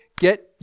get